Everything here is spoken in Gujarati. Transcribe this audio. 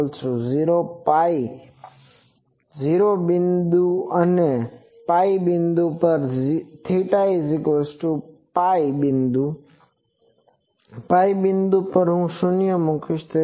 0 બિંદુ અને π બિંદુ પર θπબિંદુ π બિંદુ પર હું શૂન્ય મૂકીશ